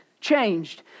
changed